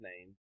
name